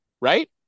right